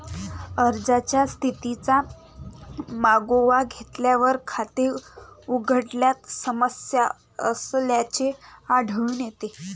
अर्जाच्या स्थितीचा मागोवा घेतल्यावर, खाते उघडण्यात समस्या असल्याचे आढळून येते